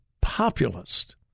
populist